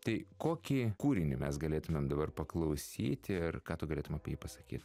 tai kokį kūrinį mes galėtumėm dabar paklausyti ir ką tu galėtum pasakyt